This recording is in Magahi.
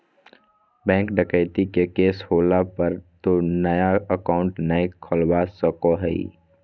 बैंक डकैती के केस होला पर तो नया अकाउंट नय खुला सको हइ